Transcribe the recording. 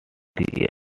thirty